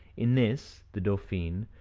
in this, the dauphine,